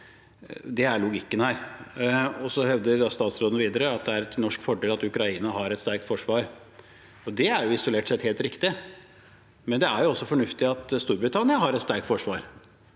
Det er logikken her. Statsråden hevder videre at det er til norsk fordel at Ukraina har et sterkt forsvar, og det er isolert sett helt riktig, men det er jo også fornuftig at Storbritannia har et sterkt forsvar.